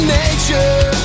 nature